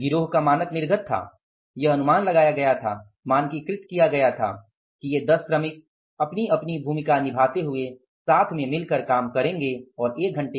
गिरोह का मानक निर्गत था यह अनुमान लगाया गया था मानकीकृत किया गया था कि ये 10 श्रमिक अपनी अपनी भूमिका निभाते हुए साथ मिलकर करेंगे